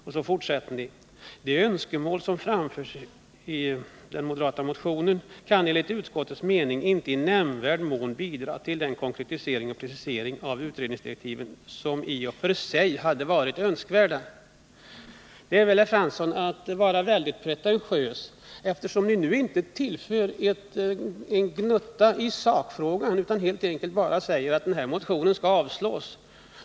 Sedan fortsätter ni: ”De önskemål som framförts i motionen 1978/79:1440 kan enligt utskottets mening inte i nämnvärd mån bidra till den konkretisering och precisering av utredningsdirektiven som i och för sig hade varit önskvärda.” Detta, herr Fransson, är väl att vara synnerligen pretentiös. Ni tillför ju ingenting i själva sakfrågan utan säger bara att den här motionen bör avslås.